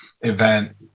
event